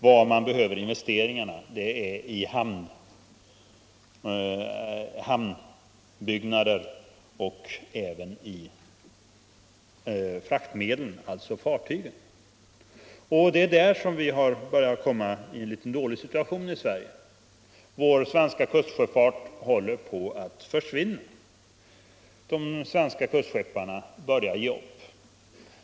Var man behöver göra investeringar är i hamnbyggnader och i transportmedel, alltså fartyg. I fråga om fartyg börjar situationen i Sverige bli dålig. Vår svenska kustsjöfart håller på att försvinna. De svenska kustskepparna börjar ge upp.